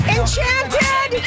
Enchanted